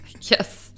Yes